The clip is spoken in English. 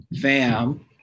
fam